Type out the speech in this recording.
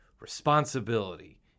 Responsibility